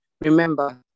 Remember